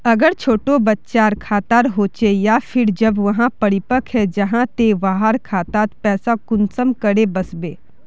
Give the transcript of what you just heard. अगर छोटो बच्चार खाता होचे आर फिर जब वहाँ परिपक है जहा ते वहार खातात पैसा कुंसम करे वस्बे?